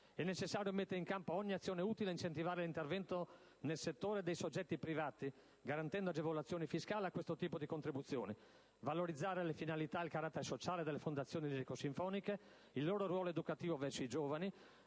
È necessario mettere in campo ogni azione utile a incentivare l'intervento nel settore dei soggetti privati garantendo agevolazioni fiscali a questo tipo di contribuzioni, valorizzare le finalità e il carattere sociale delle fondazioni lirico-sinfoniche, il loro ruolo educativo verso i giovani,